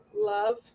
love